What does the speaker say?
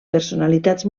personalitats